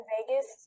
Vegas